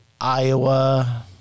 Iowa